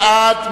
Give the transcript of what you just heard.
בעד,